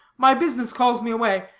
my business calls me away,